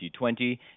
2020